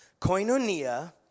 koinonia